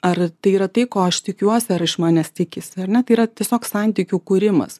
ar tai yra tai ko aš tikiuosi ar iš manęs tikisi ar ne tai yra tiesiog santykių kūrimas